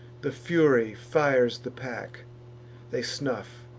the fury fires the pack they snuff,